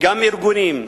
גם ארגונים,